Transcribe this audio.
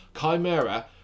Chimera